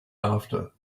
after